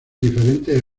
diferentes